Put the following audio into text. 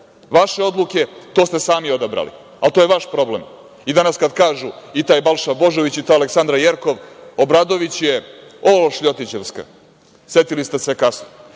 vaše odluke, to ste sami odabrali. Ali, to je vaš problem. I danas kad kažu i taj Balša Božović i ta Aleksandra Jerkov – Obradović je ološ ljotićevska, setili ste se